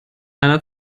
einer